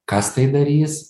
kas tai darys